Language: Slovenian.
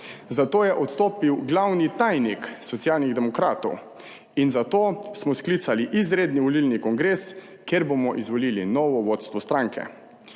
zato je odstopil glavni tajnik Socialnih demokratov in zato smo sklicali izredni volilni kongres, kjer bomo izvolili novo vodstvo stranke.